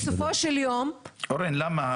בסופו של יום, אני רוצה --- אורן, למה?